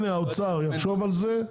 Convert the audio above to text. האוצר גם כן יחשוב על זה.